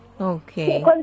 Okay